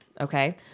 Okay